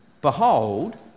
Behold